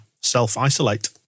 self-isolate